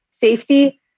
safety